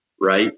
Right